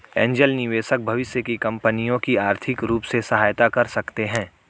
angel निवेशक भविष्य की कंपनियों की आर्थिक रूप से सहायता कर सकते हैं